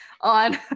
on